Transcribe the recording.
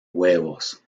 huevos